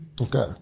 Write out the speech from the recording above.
Okay